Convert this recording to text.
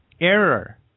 error